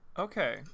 okay